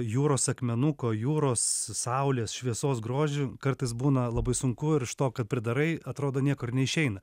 jūros akmenuko jūros saulės šviesos grožiu kartais būna labai sunku ir iš to ką pridarai atrodo niekur neišeina